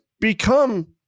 become